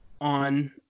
on